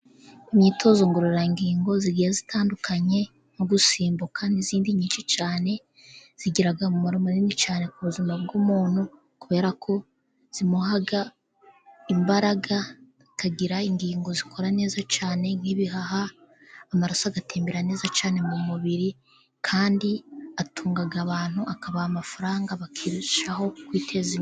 Imyitozo ngororangingo igiye itandukanye nko gusimbuka n'indi myinshi cyane, igira umumaro munini cyane ku buzima bw'umuntu kuberako imuha imbaraga akagira ingingo zikora neza cyane, nk'ibihaha amaraso agatembera neza cyane mu mubiri kandi itunga abantu ikabaha amafaranga bakarushaho kwiteza imbere.